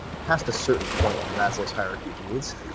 past a certain point on maslow's hierarchy of needs,